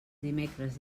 dimecres